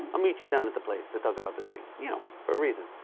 i'll meet you down at the place to talk about the thing, you know, for a reason.